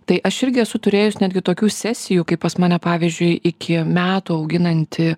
tai aš irgi esu turėjus netgi tokių sesijų kai pas mane pavyzdžiui iki metų auginanti